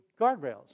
guardrails